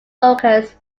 brokers